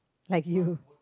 like you